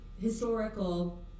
historical